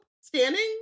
Standing